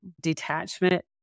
Detachment